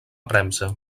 premsa